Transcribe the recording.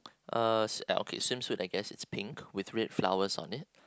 uh s~ okay swimsuit I guess it's pink with red flowers on it